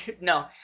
No